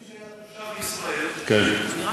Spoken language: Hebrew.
מי שהיה תושב ישראל, כן.